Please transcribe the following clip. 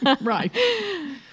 Right